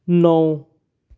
ਨੌ